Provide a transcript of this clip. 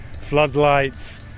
floodlights